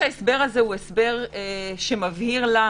מבהיר למה.